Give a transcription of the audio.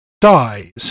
dies